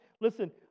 Listen